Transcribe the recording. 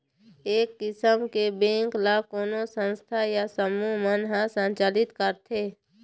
ए किसम के बेंक ल कोनो संस्था या समूह मन ह संचालित करथे